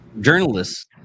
journalists